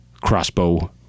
Crossbow